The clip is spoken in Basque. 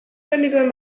genituen